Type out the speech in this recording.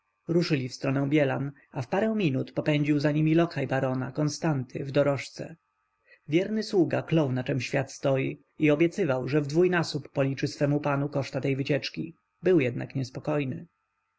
ruszyli w stronę bielan a w parę minut popędził za nimi lokaj barona konstanty w dorożce wierny sługa klął na czem świat stoi i obiecywał że w dwójnasób policzy swemu panu koszta tej wycieczki był jednak niespokojny